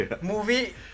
movie